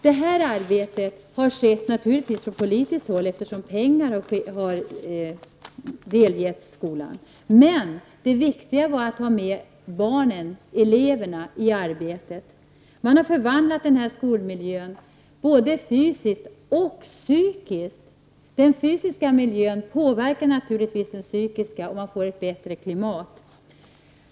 Detta arbete har naturligtvis stötts från politiskt håll, eftersom pengar har anslagits. Men det viktiga var att barnen, eleverna, var med i arbetet. Man har förvandlat denna skolmiljö, både och fysiskt och psykiskt. Den fysiska miljön påverkar naturligtvis den psykiska, och man får på detta sätt ett bättre klimat.